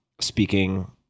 speaking